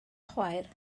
chwaer